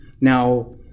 now